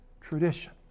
tradition